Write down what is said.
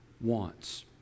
wants